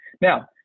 Now